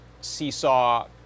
seesaw